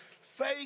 Faith